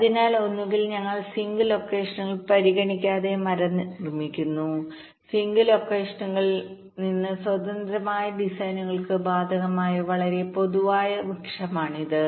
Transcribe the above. അതിനാൽ ഒന്നുകിൽ ഞങ്ങൾ സിങ്ക് ലൊക്കേഷനുകൾ പരിഗണിക്കാതെ മരം നിർമ്മിക്കുന്നു സിങ്ക് ലൊക്കേഷനുകളിൽ നിന്ന് സ്വതന്ത്രമായ ഡിസൈനുകൾക്ക് ബാധകമായ വളരെ പൊതുവായ വൃക്ഷമാണിത്